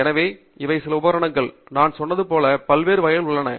எனவே இவை சில உபகரணங்கள் நான் சொன்னது போல் பல்வேறு வகைகள் உள்ளன